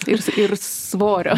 ir ir svorio